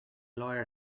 lawyer